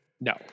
No